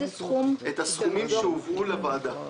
את הסכומים שהובאו לוועדה.